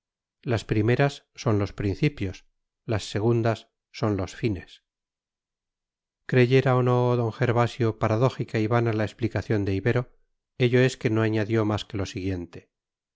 las primeras son los principios las segundas son los fines creyera o no d gervasio paradójica y vana la explicación de ibero ello es que no añadió más que lo siguiente